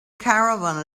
caravan